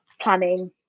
planning